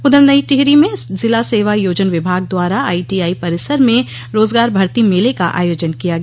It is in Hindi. उधर नई टिहरी में जिला सेवा योजन विभाग द्वारा आईटीआई परिसर में रोजगार भर्ती मेले का आयोजन किया गया